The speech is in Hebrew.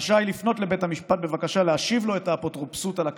רשאי לפנות לבית המשפט בבקשה להשיב לו את האפוטרופסות על הקטין.